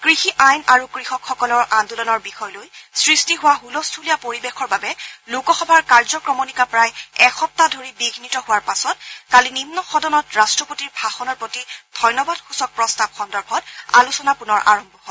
কৃষি আইন আৰু কৃষকসকলৰ আন্দোলনৰ বিষয় লৈ সৃষ্টি হোৱা হুলস্থূলীয়া পৰিৱেশৰ বাবে লোকসভাৰ কাৰ্যক্ৰমণিকা প্ৰায় এসপ্তাহ ধৰি বিঘ্নিত হোৱাৰ পাছত কালি নিন্ন সদনত ৰট্টপতিৰ ভাষণৰ প্ৰতি ধন্যবাদসচক প্ৰস্তাৱ সন্দৰ্ভত আলোচনা পুনৰ আৰম্ভ হয়